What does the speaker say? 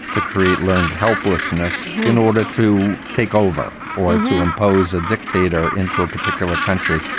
to create learned helplessness, in order to take over or to impose a dictator into a particular country.